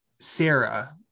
sarah